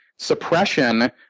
suppression